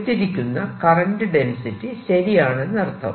എടുത്തിരിക്കുന്ന current density ശരിയാണെന്നർത്ഥം